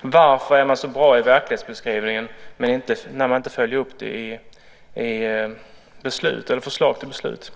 Varför är man så bra i verklighetsbeskrivningen när man inte följer upp det i förslag till beslut?